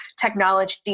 technology